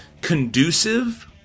conducive